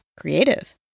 Creative